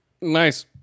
Nice